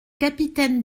capitaine